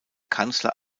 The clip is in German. kanzler